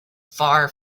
far